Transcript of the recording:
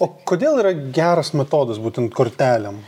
o kodėl yra geras metodas būtent kortelėm